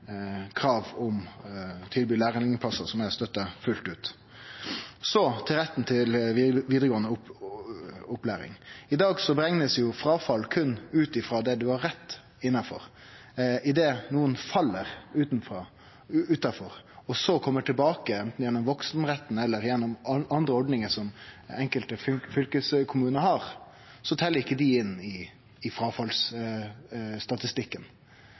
krav om å tilby lærlingplassar, som eg støttar fullt ut. Så til retten til vidaregåande opplæring. I dag blir fråfall berekna berre ut frå det du har rett innanfor. Idet nokon fell utanfor og så kjem tilbake gjennom vaksenretten eller gjennom andre ordningar som enkelte fylkeskommunar har, tel ikkje det inn i fråfallsstatistikken. Så eg har eigentleg stor sans for forslaget frå Senterpartiet. Representanten frå Senterpartiet har eit poeng i